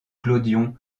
clodion